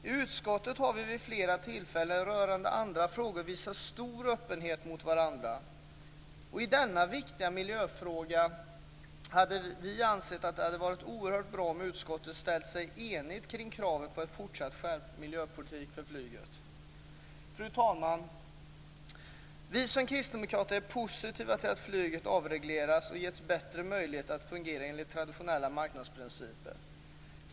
I utskottet har vi vid flera tillfällen i andra frågor visat stor öppenhet mot varandra, och i denna viktiga miljöfråga anser vi att det hade varit oerhört bra om utskottet enigt ställt sig bakom kraven på en fortsatt skärpt miljöpolitik för flyget. Fru talman! Vi kristdemokrater är positiva till att flyget avreglerats och getts bättre möjligheter att fungera enligt traditionella marknadsprinciper.